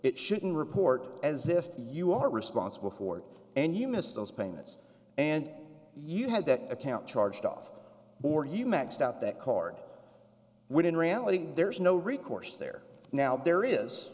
it shouldn't report as if you are responsible for and you miss those payments and you had that account charged off or you maxed out that card when in reality there's no recourse there now there is